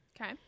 okay